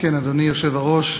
אדוני היושב-ראש,